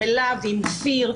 עם אלה ועם אופיר,